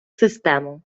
систему